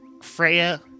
Freya